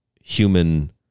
human